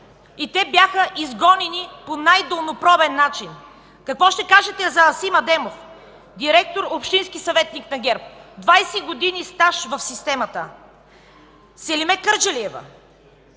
и те бяха изгонена по най-долнопробен начин. Какво ще кажете за Асим Адемов – директор, общински съветник на ГЕРБ, 20 години стаж в системата; Селиме Кърджалиева,